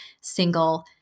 single